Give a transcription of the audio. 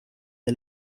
der